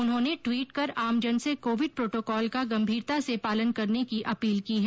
उन्होंने टविट कर आमजन से कोविड प्रोटोकॉल का गम्भीरता से पालन करने की अपील की है